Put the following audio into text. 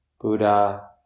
Buddha